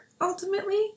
ultimately